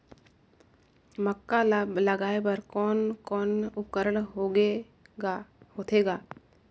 मक्का ला लगाय बर कोने कोने उपकरण होथे ग?